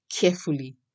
carefully